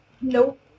Nope